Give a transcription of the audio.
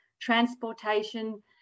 transportation